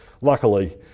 luckily